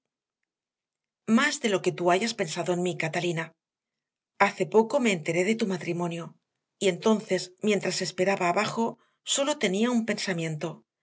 más de lo que tú hayas pensado en mí catalina hace poco me enteré de tu matrimonio y entonces mientras esperaba abajo sólo tenía un pensamiento